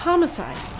Homicide